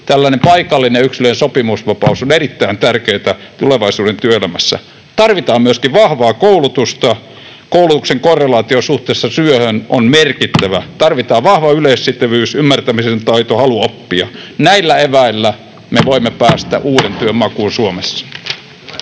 ja yksilöllinen sopimusvapaus on erittäin tärkeätä tulevaisuuden työelämässä. Tarvitaan myöskin vahvaa koulutusta. Koulutuksen korrelaatio suhteessa työhön on merkittävä. Tarvitaan vahva yleissivistys, ymmärtämisen taito, halu oppia. Näillä eväillä me voimme päästä uuden työn makuun Suomessa.